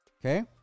okay